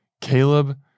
Caleb